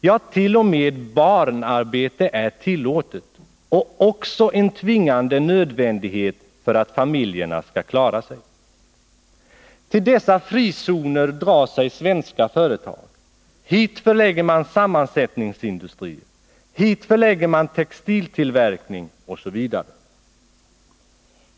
Ja, t.o.m. barnarbete är tillåtet, och det är också en tvingande nödvändighet för att familjerna skall klara sig. Till dessa frizoner drar sig svenska företag, hit förlägger man sammansättningsindustrier, hit förlägger man textiltillverkning osv.